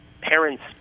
parents